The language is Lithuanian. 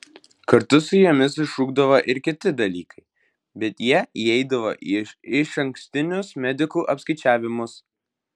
kartu su jomis išrūkdavo ir kiti dalykai bet jie įeidavo į išankstinius medikų apskaičiavimus